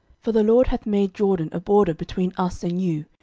for the lord hath made jordan a border between us and you,